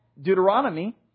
Deuteronomy